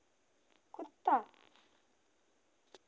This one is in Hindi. कुत्ता